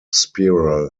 spiral